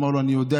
אמר לו: אני יודע,